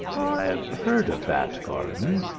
i have heard of that garden,